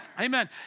Amen